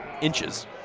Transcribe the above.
inches